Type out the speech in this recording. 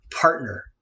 partner